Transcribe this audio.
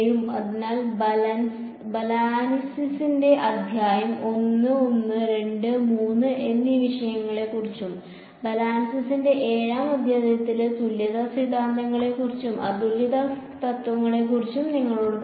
അതിനാൽ ബാലാനിസിന്റെ അധ്യായം 1 1 2 3 എന്നീ വിഷയങ്ങളെക്കുറിച്ചും ബലാനിസിന്റെ 7 ാം അധ്യായത്തിൽ തുല്യതാ സിദ്ധാന്തങ്ങളെക്കുറിച്ചും അതുല്യത സിദ്ധാന്തങ്ങളെക്കുറിച്ചും നിങ്ങളോട് പറയും